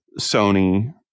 Sony